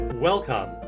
Welcome